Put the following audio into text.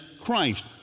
Christ